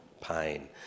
pain